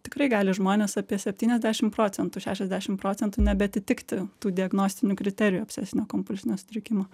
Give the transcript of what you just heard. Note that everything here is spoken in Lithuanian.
tikrai gali žmonės apie septyniasdešim procentų šešiasdešim procentų nebeatitikti tų diagnostinių kriterijų obsesinio kompulsinio sutrikimo